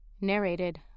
Narrated